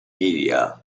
media